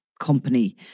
company